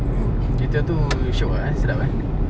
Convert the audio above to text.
kita tu shiok ah sedap ah